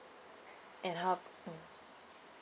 and how